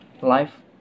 life